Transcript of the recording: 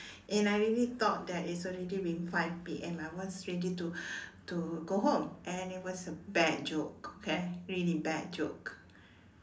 and I really thought that it's already been five p_m I was ready to to go home and it was a bad joke okay really bad joke